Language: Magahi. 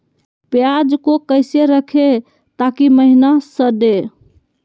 प्याज को कैसे रखे ताकि महिना सड़े?